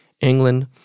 England